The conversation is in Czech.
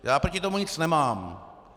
Já proti tomu nic nemám.